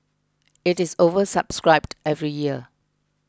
it is oversubscribed every year